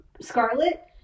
Scarlet